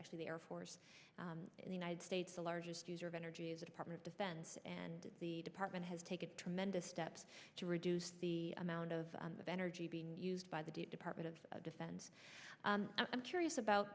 actually the air force in the united states the largest user of energy the department defense and the department has taken tremendous steps to reduce the amount of energy being used by the department of defense i'm curious about